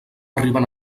arriben